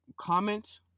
comment